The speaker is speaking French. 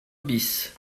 bis